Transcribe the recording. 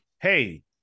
hey